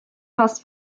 fast